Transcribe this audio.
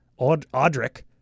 Audric